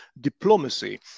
diplomacy